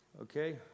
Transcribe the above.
okay